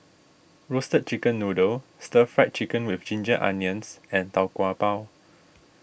Roasted Chicken Noodle Stir Fried Chicken with Ginger Onions and Tau Kwa Pau